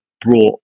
brought